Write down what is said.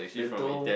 the dough